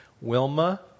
Wilma